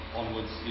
onwards